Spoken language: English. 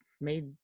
made